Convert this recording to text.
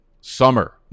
summer